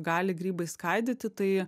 gali grybai skaidyti tai